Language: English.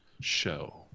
show